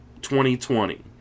2020